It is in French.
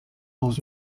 dans